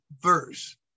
verse